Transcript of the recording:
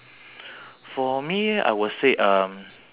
the bugis guan yin temple there